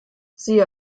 siehe